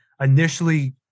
initially